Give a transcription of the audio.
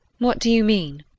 what do you mean?